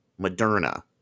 Moderna